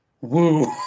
Woo